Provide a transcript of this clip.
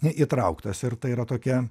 įtrauktas ir tai yra tokia